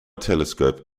telescope